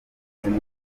mukuru